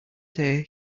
day